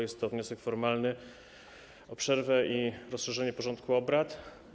Jest to wniosek formalny o przerwę i rozszerzenie porządku obrad.